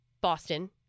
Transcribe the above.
Boston